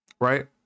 Right